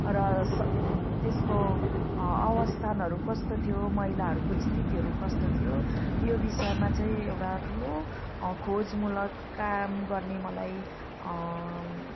र स त्यसको अवस्थानहरू कस्तो थियो महिलाहरूको स्थितिहरू कस्तो थियो यो विषयमा चाहिँ एउटा ठुलो खोजमूलक काम गर्ने मलाई